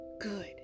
Good